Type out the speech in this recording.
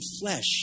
flesh